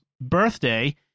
birthday